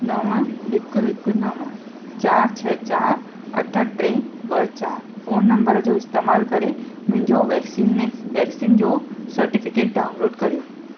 नव हिक हिक नव चारि छह चारि अठ टे ॿ चारि फोन नंबर जो इस्तमालु करे मुंहिंजो वैक्सीने वैक्सीन जो सर्टिफिकेट डाउनलोड करियो